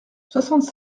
soixante